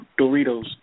Doritos